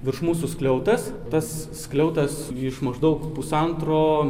virš mūsų skliautas tas skliautas iš maždaug pusantro